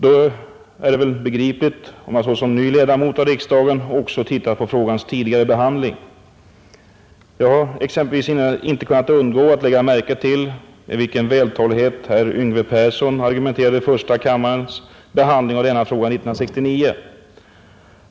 Det är väl begripligt, om jag såsom ny ledamot av riksdagen också tittat på frågans tidigare behandling. Jag har exempelvis inte kunnat undgå att lägga märke till med vilken vältalighet herr Yngve Persson argumenterade vid första kammarens behandling av denna fråga 1969.